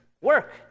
Work